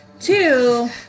two